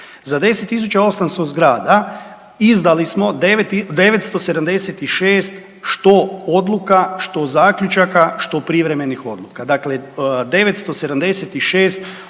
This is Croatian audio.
Za 10 800 zgrada izdali smo 976 što odluka, što zaključaka, što privremenih odluka. Dakle 976